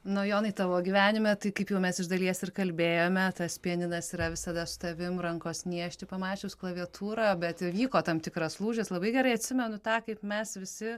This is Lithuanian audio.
nu jonai tavo gyvenime tai kaip jau mes iš dalies ir kalbėjome tas pianinas yra visada su tavim rankos niežti pamačius klaviatūrą bet įvyko tam tikras lūžis labai gerai atsimenu tą kaip mes visi